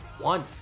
one